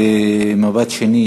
ב"מבט שני",